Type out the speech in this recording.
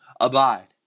abide